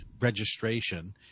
registration